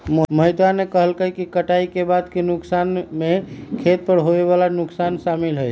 मोहितवा ने कहल कई कि कटाई के बाद के नुकसान में खेत पर होवे वाला नुकसान शामिल हई